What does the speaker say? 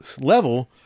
level